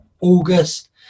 August